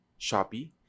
Shopee